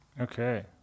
Okay